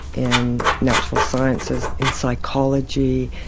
in natural sciences, in psychology,